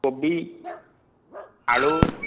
କୋବି ଆଳୁ